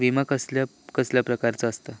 विमा कसल्या कसल्या प्रकारचो असता?